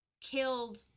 killed